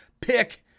pick